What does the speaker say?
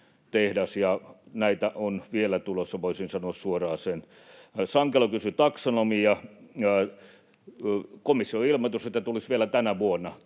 ja näitä on vielä tulossa, voisin sanoa suoraan sen. Sankelo kysyi taksonomiasta. Komissio on ilmoittanut, että se tulisi vielä tänä vuonna